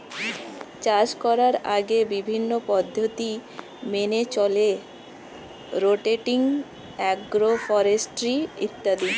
চাষ করার আগে বিভিন্ন পদ্ধতি মেনে চলে রোটেটিং, অ্যাগ্রো ফরেস্ট্রি ইত্যাদি